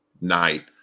night